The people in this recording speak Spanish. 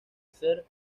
ser